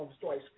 twice